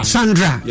Sandra